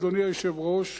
אדוני היושב-ראש,